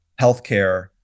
healthcare